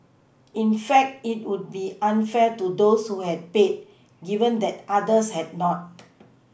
in fact it would be unfair to those who had paid given that others had not